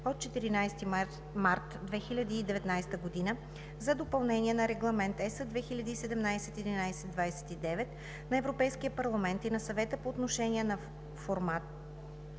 от 14 март 2019 година за допълнение на Регламент (ЕС) 2017/1129 на Европейския парламент и на Съвета по отношение на формата,